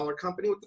company